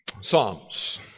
psalms